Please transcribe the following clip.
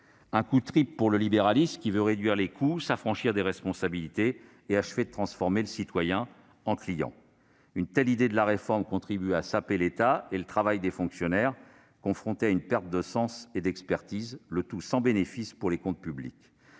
un coup triple pour le libéralisme, qui veut réduire les coûts, s'affranchir de ses responsabilités et achever de transformer le citoyen en client. Une telle idée de la réforme contribue à saper l'État et le travail des fonctionnaires, qui sont confrontés à une perte de sens et d'expertise, le tout sans bénéfices pour les comptes publics.